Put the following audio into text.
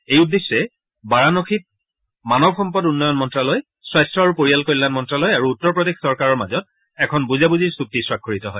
এই উদ্দেশ্যে বাৰানসীত মানৱ সম্পদ উন্নয়ন মন্ত্যালয় স্বাস্থ্য আৰু পৰিয়াল কল্যাণ মন্ত্ৰ্যালয় আৰু উত্তৰ প্ৰদেশ চৰকাৰৰ মাজত এখন বুজাবজিৰ চুক্তি স্বাক্ষৰিত হয়